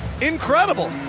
Incredible